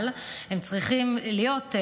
אבל הם צריכים להיות,